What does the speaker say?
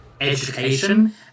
education